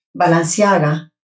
Balenciaga